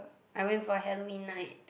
I went for Halloween night